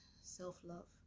self-love